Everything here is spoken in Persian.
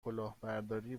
کلاهبرداری